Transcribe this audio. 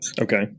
Okay